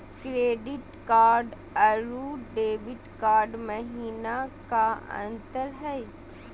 Credit card अरू debit card महिना का अंतर हई?